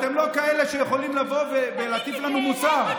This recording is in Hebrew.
אתם לא כאלה שיכולים לבוא ולהטיף לנו מוסר.